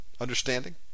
understanding